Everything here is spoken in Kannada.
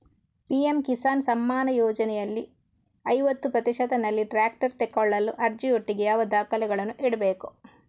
ಪಿ.ಎಂ ಕಿಸಾನ್ ಸಮ್ಮಾನ ಯೋಜನೆಯಲ್ಲಿ ಐವತ್ತು ಪ್ರತಿಶತನಲ್ಲಿ ಟ್ರ್ಯಾಕ್ಟರ್ ತೆಕೊಳ್ಳಲು ಅರ್ಜಿಯೊಟ್ಟಿಗೆ ಯಾವ ದಾಖಲೆಗಳನ್ನು ಇಡ್ಬೇಕು?